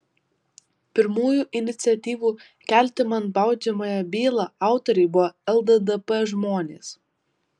pirmųjų iniciatyvų kelti man baudžiamąją bylą autoriai buvo lddp žmonės